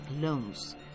loans